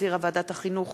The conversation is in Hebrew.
עבר בקריאה השלישית